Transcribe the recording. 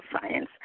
science